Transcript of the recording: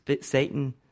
Satan